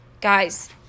Guys